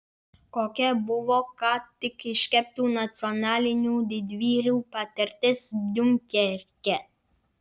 kokia buvo ką tik iškeptų nacionalinių didvyrių patirtis diunkerke